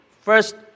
first